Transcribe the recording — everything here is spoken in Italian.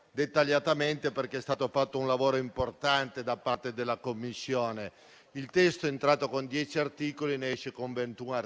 e la concorrenza è stato fatto un lavoro importante da parte della Commissione: il testo è entrato con dieci articoli e ne esce con ventuno.